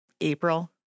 April